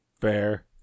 Fair